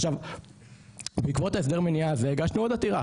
עכשיו בעקבות ההסדר מניעה הזה הגשנו עוד עתירה